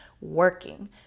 working